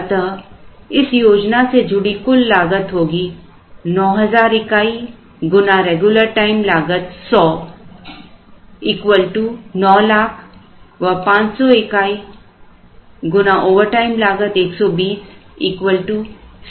अतः इस योजना से जुड़ी कुल लागत होगी 9000 इकाई गुना रेगुलर टाइम लागत 100 बराबर 900000 व 500 इकाई गुना ओवरटाइम लागत 120 बराबर 60000